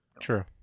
True